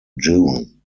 june